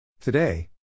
Today